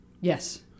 yes